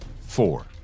four